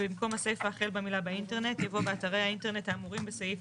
ובמקום סעיף החל במילה "באינטרנט" יבוא "באתרי האינטרנט האמורים בסעיף